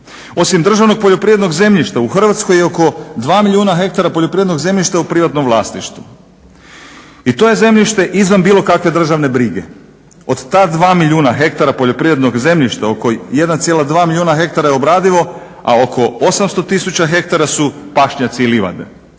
Osim državnog poljoprivrednog zemljišta u Hrvatskoj je oko 2 milijuna ha poljoprivrednog zemljišta u privatnom vlasništvu i to je zemljište izvan bilo kakve državne brige. Od ta dva milijuna ha poljoprivrednog zemljišta, oko 1,2 milijuna ha je obradivo a oko 800 tisuća ha su pašnjaci i livade.